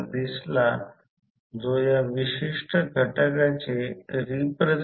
म्हणून पुनरावृत्ती होईल तेथे नाही